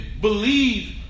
believe